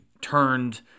turned